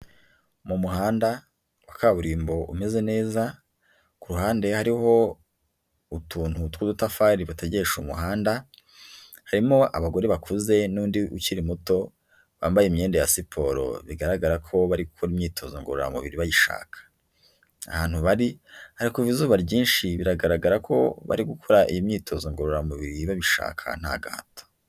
Mu muhanda wa kaburimbo umeze neza, ku ruhande hariho utuntu tw'udutafari bategesha umuhanda, harimo abagore bakuze n'undi ukiri muto bambaye imyenda ya siporo, bigaragara ko bari gukora imyitozo ngororamubiri bayishaka. Ahantu bari, hari kuva izuba ryinshi biragaragara ko bari gukora iyi myitozo ngororamubiri babishaka nta gahato.